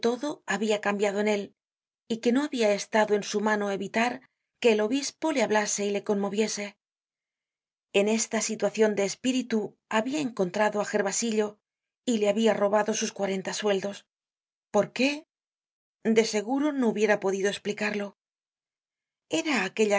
habia cambiado en él y que no habia estado en su mano evitar que el obispo le hablase y le conmoviese en esta situacion de espíritu habia encontrado á gervasillo y le habia robado sus cuarenta sueldos por qué de seguro no hubiera podido esplicarlo era aquella